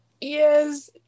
yes